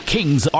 Kings